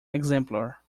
exemplar